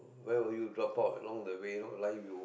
where will you drop out along the way lor like you